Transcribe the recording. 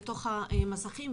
למסכים,